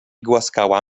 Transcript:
głaskała